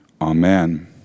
Amen